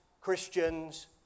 Christians